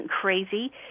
crazy